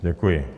Děkuji.